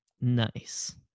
Nice